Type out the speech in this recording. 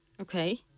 Okay